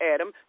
Adam